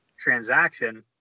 transaction